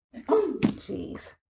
jeez